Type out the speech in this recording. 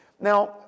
Now